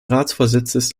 ratsvorsitzes